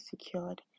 secured